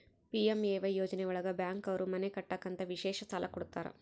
PMAY ಯೋಜನೆ ಒಳಗ bank ಅವ್ರು ಮನೆ ಕಟ್ಟಕ್ ಅಂತ ವಿಶೇಷ ಸಾಲ ಕೂಡ ಕೊಡ್ತಾರ